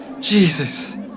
Jesus